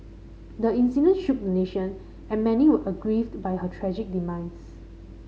the incident shook the nation and many were aggrieved by her tragic demise